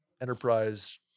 enterprise